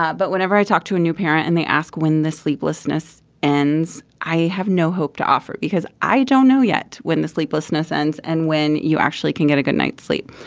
ah but whenever i talk to a new parent and they ask when the sleeplessness ends i have no hope to offer because i don't know yet when the sleeplessness ends and when you actually can get a good night's sleep.